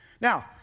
Now